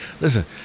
Listen